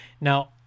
Now